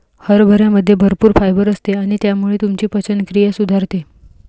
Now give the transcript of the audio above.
हरभऱ्यामध्ये भरपूर फायबर असते आणि त्यामुळे तुमची पचनक्रिया सुधारते